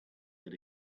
that